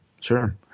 sure